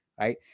right